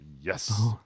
yes